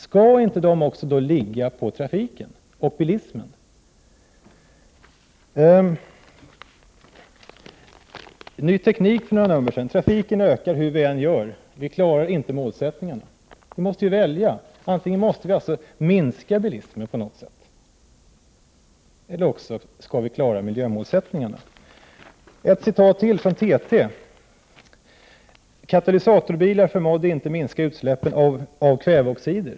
Skall då dessa inte också gälla trafiken och bilismen? I ett nummer av Ny Teknik som kom ut för någon tid sedan står det: Trafiken ökar hur vi än gör. Vi klarar inte målsättningarna. Vi måste alltså välja. Antingen måste vi minska bilismen på något sätt eller också skall vi klara miljömålsättningarna. Jag återger också vad man sagt från TT: Katalysatorbilar förmådde inte minska utsläppen av kväveoxider.